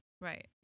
Right